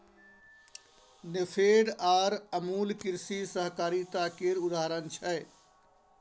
नेफेड आर अमुल कृषि सहकारिता केर उदाहरण छै